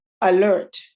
alert